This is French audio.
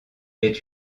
est